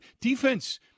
defense